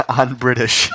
un-British